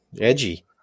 edgy